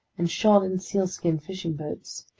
and shod in sealskin fishing boots,